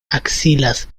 axilas